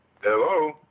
Hello